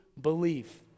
belief